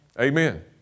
Amen